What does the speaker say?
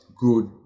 good